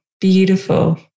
beautiful